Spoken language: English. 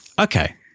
Okay